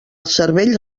cervell